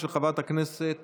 של חברת הכנסת